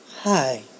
Hi